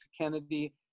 Kennedy